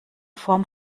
form